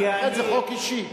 אחרת, זה חוק אישי.